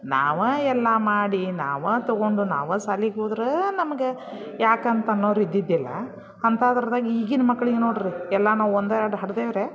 ನಾವೇ ಎಲ್ಲ ಮಾಡಿ ನಾವೇ ತೊಗೊಂಡು ನಾವೇ ಸಾಲಿಗೆ ಹೋದರೆ ನಮ್ಗೆ ಯಾಕಂತ ಅನ್ನೋರು ಇದ್ದಿದ್ದಿಲ್ಲ ಅಂಥಾದ್ರದಾಗ ಈಗಿನ ಮಕ್ಕಳಿಗೆ ನೋಡಿರಿ ಎಲ್ಲ ನಾವು ಒಂದು ಎರಡು ಹಡ್ದೆವ್ರಿ